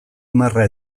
marra